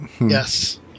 Yes